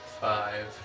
five